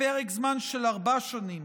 לפרק זמן של ארבע שנים,